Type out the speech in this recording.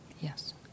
Yes